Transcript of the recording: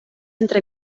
entre